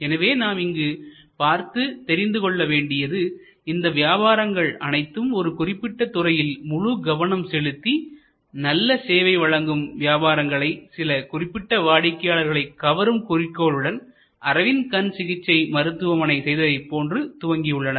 எனவே நாம் இங்கு பார்த்து தெரிந்து கொள்ளவேண்டியது இந்த வியாபாரங்கள் அனைத்தும் ஒரு குறிப்பிட்ட துறையில் முழு கவனம் செலுத்தி நல்ல சேவை வழங்கும் வியாபாரங்களை சில குறிப்பிட்ட வாடிக்கையாளர்களை கவரும் குறிக்கோளுடன் அரவிந்த் கண் சிகிச்சை மருத்துவமனை செய்ததைப் போன்று துவக்கியுள்ளனர்